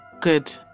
good